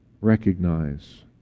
recognize